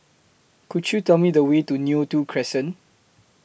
Could YOU Tell Me The Way to Neo Tiew Crescent